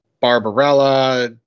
Barbarella